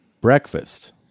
breakfast